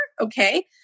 okay